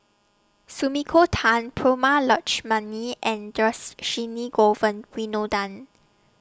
Sumiko Tan Prema Letchumanan and Dhershini Govin Winodan